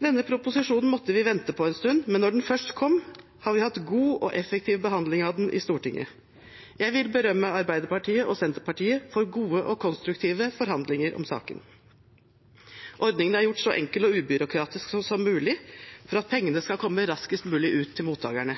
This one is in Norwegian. Denne proposisjonen måtte vi vente på en stund, men da den først kom, har vi hatt god og effektiv behandling av den i Stortinget. Jeg vil berømme Arbeiderpartiet og Senterpartiet for gode og konstruktive forhandlinger om saken. Ordningen er gjort så enkel og ubyråkratisk som mulig for at pengene skal komme raskest mulig ut til mottagerne,